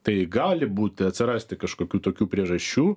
tai gali būti atsirasti kažkokių tokių priežasčių